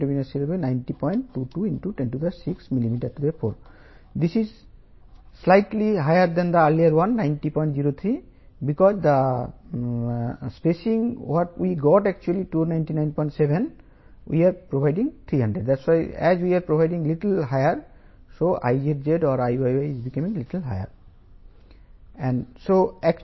72 mm కాబట్టి S 300 mm గా ఇద్దాము